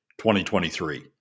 2023